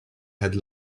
had